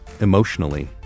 Emotionally